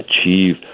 achieve